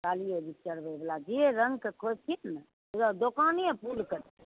कालियो जीके चढ़बै बला जे रङ्गके खोजथिन पूरा दोकाने फूलके छै